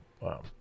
Wow